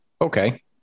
Okay